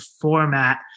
format